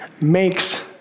makes